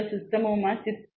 સિસ્ટમોમાં ચિત્રમાં આવે છે